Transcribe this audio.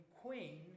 queen